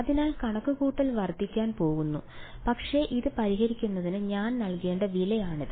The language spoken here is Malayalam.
അതിനാൽ കണക്കുകൂട്ടൽ വർദ്ധിക്കാൻ പോകുന്നു പക്ഷേ ഇത് പരിഹരിക്കുന്നതിന് ഞാൻ നൽകേണ്ട വിലയാണിത്